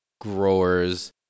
growers